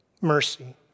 Mercy